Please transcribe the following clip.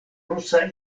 rusa